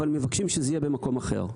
אבל מבקשים שזה יהיה במקום אחר.